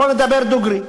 בוא נדבר דוגרי,